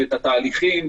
את התהליכים,